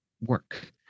work